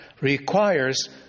requires